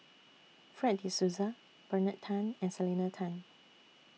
Fred De Souza Bernard Tan and Selena Tan